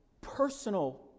personal